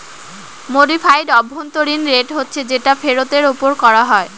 modified অভ্যন্তরীন rate হচ্ছে যেটা ফেরতের ওপর করা হয়